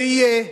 ויהיה,